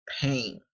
pain